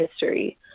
history